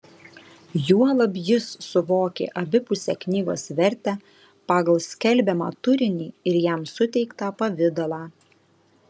juolab jis suvokė abipusę knygos vertę pagal skelbiamą turinį ir jam suteiktą pavidalą